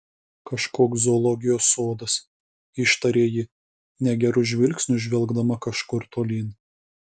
kažkoks zoologijos sodas ištarė ji negeru žvilgsniu žvelgdama kažkur tolyn